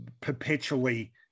perpetually